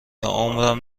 عمرم